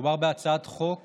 מדובר בהצעת חוק